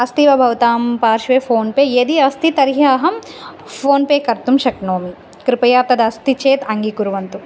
अस्ति वा भवतां पार्श्वे फ़ोन् पे यदि अस्ति तर्हि अहं फ़ोन् पे कर्तुं शक्नोमि कृपया तदस्ति चेत् अङ्गीकुर्वन्तु